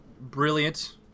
Brilliant